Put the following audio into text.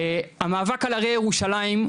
המאבק על הרי ירושלים,